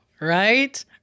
right